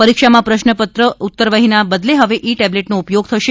પરીક્ષામાં પ્રશ્નપત્ર ઉત્તરવઠીના બદલે હવે ઇ ટેબલેટનો ઉપયોગ થશે